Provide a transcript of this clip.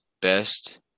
best